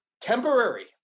temporary